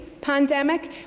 pandemic